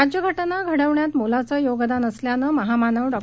राज्यघटना घडवण्यात मोलाचं योगदान असल्यानं महामानव डॉ